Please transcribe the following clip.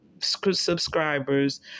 subscribers